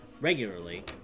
regularly